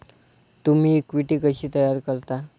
तुम्ही इक्विटी कशी तयार करता?